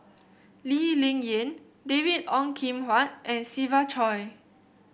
Lee Ling Yen David Ong Kim Huat and Siva Choy